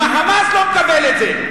אם ה"חמאס" לא מקבל את זה?